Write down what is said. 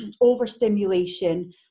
overstimulation